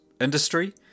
industry